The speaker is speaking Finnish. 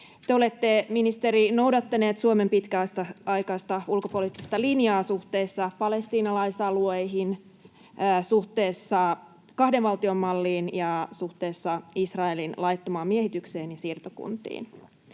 Te olette, ministeri, noudattanut Suomen pitkäaikaista ulkopoliittista linjaa suhteessa palestiinalaisalueihin, suhteessa kahden valtion malliin ja suhteessa Israelin laittomaan miehitykseen ja siirtokuntiin.